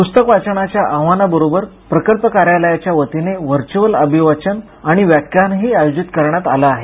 पुस्तक वाचनाच्या आवाहनाबरोबरच प्रकल्प कार्यालयाच्या वतीने व्हर्च्युअल अभिवाचन आणि व्याख्यानही आयोजित करण्यात आलं आहे